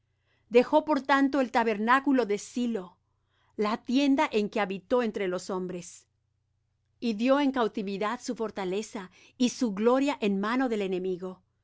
dejó por tanto el tabernáculo de silo la tienda en que habitó entre los hombres y dió en cautividad su fortaleza y su gloria en mano del enemigo